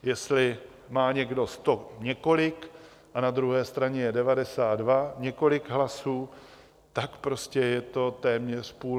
Jestli má někdo sto několik a na druhé straně 92 několik hlasů, tak prostě je to téměř půl na půl.